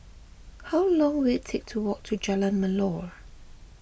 how long will it take to walk to Jalan Melor